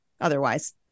otherwise